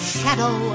shadow